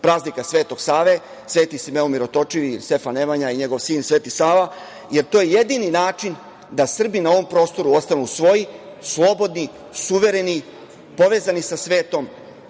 praznika Svetog Save, Sveti Simeon Mirotočivi, Stefan Nemanja i njegov sin Sveti Sava, jer to je jedini način da Srbi na ovom prostoru ostanu svoji, slobodni, suvereni, povezani sa svetom